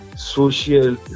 social